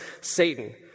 Satan